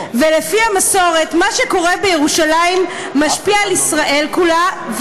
ולפי המסורת מה שקורה בירושלים משפיע על ישראל כולה,